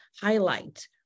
highlight